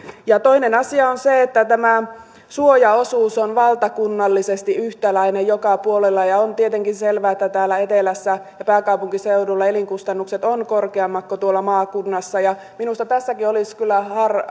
toinen asia on se että tämä suojaosuus on valtakunnallisesti yhtäläinen joka puolella ja on tietenkin selvää että täällä etelässä ja pääkaupunkiseudulla elinkustannukset ovat korkeammat kuin tuolla maakunnassa minusta tässäkin olisi kyllä